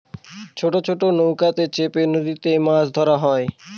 ছোট ছোট নৌকাতে চেপে নদীতে মাছ ধরা হয়